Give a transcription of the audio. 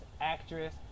actress